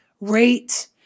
rate